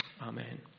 amen